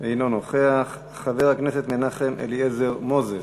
אינו נוכח, חבר הכנסת מנחם אליעזר מוזס,